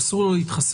אסור לו להתחסן,